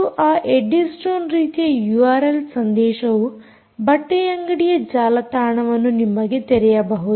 ಮತ್ತು ಆ Eddystone ರೀತಿಯ ಯೂಆರ್ಎಲ್ ಸಂದೇಶವು ಬಟ್ಟೆಯಂಗಡಿಯ ಜಾಲತಾಣವನ್ನು ನಿಮಗೆ ತೆರೆಯಬಹುದು